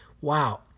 Wow